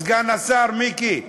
סגן השר מיקי,